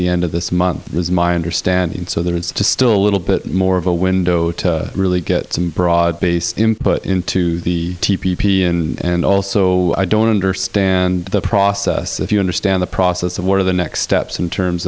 the end of this month is my understanding so that it's just still a little bit more of a window to really get some broad base input into the and also i don't understand the process if you understand the process of one of the next steps in terms